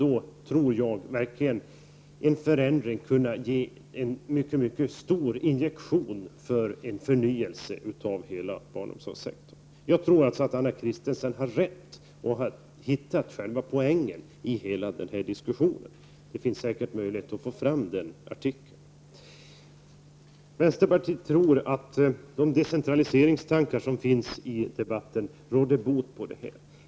En föränding skulle verkligen kunna ge en mycket stor injektion för en förnyelse av hela barnomsorgssektorn. Jag tror alltså att Anna Christensen har rätt och att hon har hittat själva poängen i hela den här diskussionen. Det är säkert möjligt att få fram den artikeln. Vänsterpartiet tror att de decentraliseringstankar som finns i debatten råder bot på bristerna.